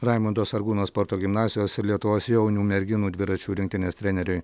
raimundo sargūno sporto gimnazijos ir lietuvos jaunių merginų dviračių rinktinės treneriui